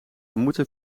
moeten